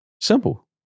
Simple